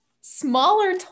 smaller